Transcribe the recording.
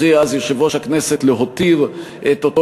הכריע אז יושב-ראש הכנסת להותיר את אותו